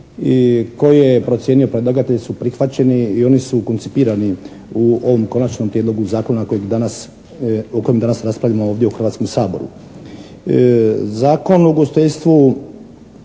koje je procijenio predlagatelj su prihvaćeni i oni su koncipirani u ovom Konačnom prijedlogu zakona o kojem danas raspravljamo ovdje u Hrvatskom saboru. Zakon o ugostiteljstvu